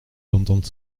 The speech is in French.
d’entendre